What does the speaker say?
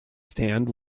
stand